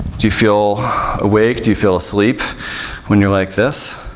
do you feel awake? do you feel asleep when you're like this?